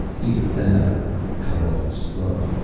either that or cut off his foot,